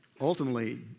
Ultimately